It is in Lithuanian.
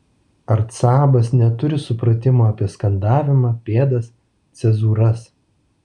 arcabas neturi supratimo apie skandavimą pėdas cezūras